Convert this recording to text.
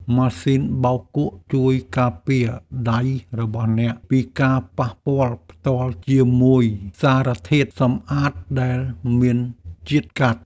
ម៉ាស៊ីនបោកគក់ជួយការពារដៃរបស់អ្នកពីការប៉ះពាល់ផ្ទាល់ជាមួយសារធាតុសម្អាតដែលមានជាតិកាត់។